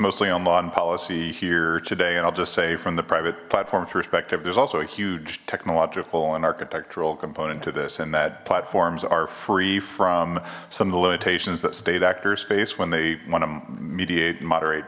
mostly on law and policy here today and i'll just say from the private platforms perspective there's also a huge technological and architectural component to this and that platforms are free from some of the limitations that state actors face when they want to mediate and moderate